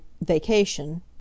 vacation